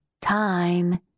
time